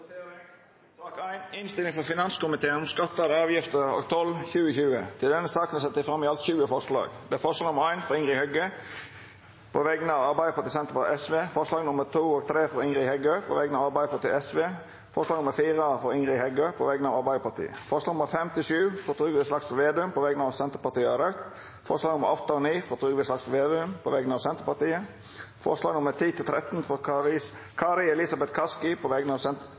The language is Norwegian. til sak nr. 6. Då er me klare til å gå til votering. Under debatten er det sett fram i alt 20 forslag. Det er forslag nr. 1, frå Ingrid Heggø på vegner av Arbeidarpartiet, Senterpartiet og Sosialistisk Venstreparti forslaga nr. 2 og 3, frå Ingrid Heggø på vegner av Arbeidarpartiet og Sosialistisk Venstreparti forslag nr. 4, frå Ingrid Heggø på vegner av Arbeidarpartiet forslaga nr. 5–7, frå Trygve Slagsvold Vedum på vegner av Senterpartiet og Raudt forslaga nr. 8 og 9, frå Trygve Slagsvold Vedum på vegner av Senterpartiet forslaga nr. 10–13, frå Kari Elisabeth Kaski på vegner av